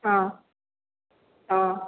ହଁ ହଁ